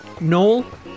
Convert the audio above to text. Noel